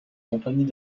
compagnies